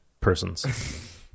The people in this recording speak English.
persons